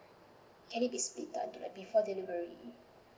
can it be split out before delivery